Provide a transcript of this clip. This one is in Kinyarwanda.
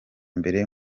mbere